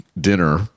dinner